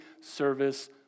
service